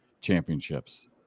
championships